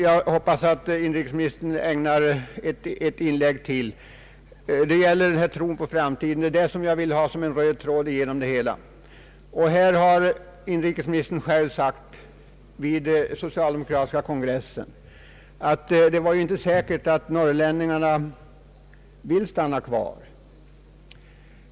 Jag hoppas att inrikesministern gör ytterligare ett inlägg i denna fråga. Jag önskar här höra vad han har att säga om inlandsområdenas möjligheter att tro på framtiden. Inrikesministern har själv sagt vid den socialdemokratiska partikongressen, att det inte är säkert att norrlänningarna vill stanna kvar.